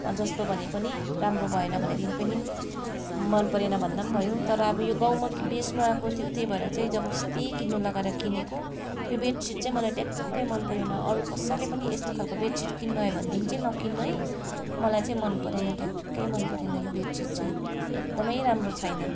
जस्तो भने पनि राम्रो भएन भनेदेखि पनि मन परेन भन्दा भयो तर अब यो गाउँमा बेच्नु आएको थियो त्यही भएर चाहिँ जबरजस्ती किन्नु लगाएर किनेको यो बेड सिट चाहिँ मलाई ट्याक्कै मन परेन अरू कसैले पनि यस्तो खालको बेड सिट किन्नु आयो भनेदेखि चाहिँ नकिन्नु है मलाई चाहिँ मन परेन ट्याक्कै मन परेन यो बेड सिट चाहिँ एकदमै राम्रो छैन